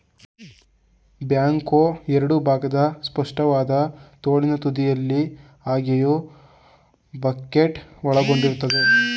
back ಹೋ ಎರಡು ಭಾಗದ ಸ್ಪಷ್ಟವಾದ ತೋಳಿನ ತುದಿಯಲ್ಲಿ ಅಗೆಯೋ ಬಕೆಟ್ನ ಒಳಗೊಂಡಿರ್ತದೆ